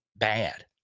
Bad